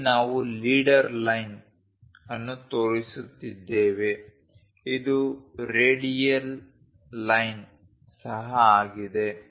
ಇಲ್ಲಿ ನಾವು leader line ಅನ್ನು ತೋರಿಸುತ್ತಿದ್ದೇವೆ ಇದು ರೇಡಿಯಲ್ ಲೈನ್ ಸಹ ಆಗಿದೆ